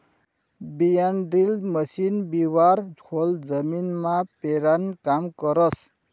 बियाणंड्रील मशीन बिवारं खोल जमीनमा पेरानं काम करस